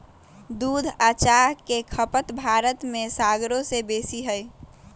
दूध आ चाह के खपत भारत में सगरो से बेशी हइ